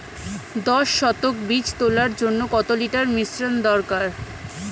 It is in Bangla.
দশ শতক বীজ তলার জন্য কত লিটার মিশ্রন দরকার?